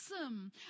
awesome